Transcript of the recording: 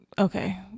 Okay